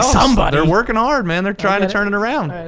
somebody! they're workin' ah hard, man. they're trying to turn it around.